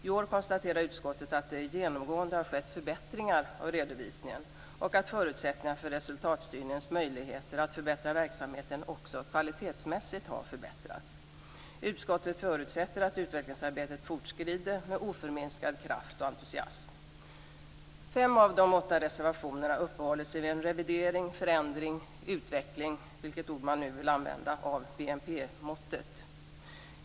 I år konstaterar utskottet att det genomgående har skett förbättringar av redovisningen och att förutsättningarna för resultatstyrningens möjligheter att förbättra verksamheten också kvalitetsmässigt har förbättrats. Utskottet förutsätter att utvecklingsarbetet fortskrider med oförminskad kraft och entusiasm. Fem av de åtta reservationerna uppehåller sig vid en revidering, förändring eller utveckling - vilket ord man nu vill använda - av BNP-måttet.